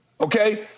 Okay